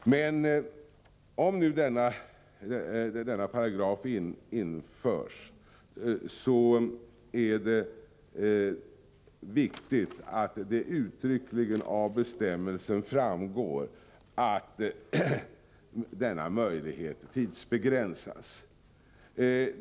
Om denna paragraf införs, är det viktigt att det av bestämmelsen uttryckligen framgår att möjligheten tidsbegränsas.